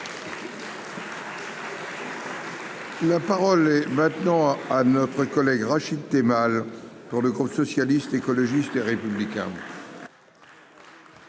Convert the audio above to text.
La parole est maintenant à neutre. Collègues Rachid Temal pour le groupe socialiste, écologiste et républicain.